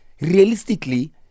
realistically